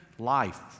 life